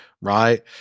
right